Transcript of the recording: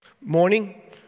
Morning